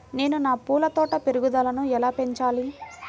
నేను నా పూల తోట పెరుగుదలను ఎలా పెంచాలి?